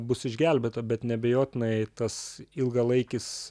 bus išgelbėta bet neabejotinai tas ilgalaikis